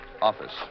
Office